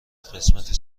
قسمت